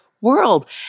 world